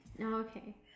okay